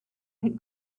had